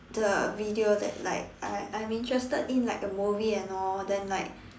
the video that like I I'm interested in like a movie and all then like